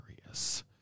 serious